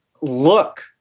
look